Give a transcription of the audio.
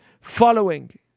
following